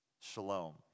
shalom